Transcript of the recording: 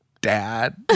dad